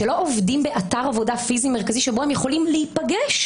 שלא עובדים באתר עבודה פיזי-מרכזי שבו הם יכולים להיפגש,